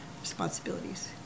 responsibilities